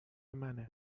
منه